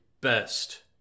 best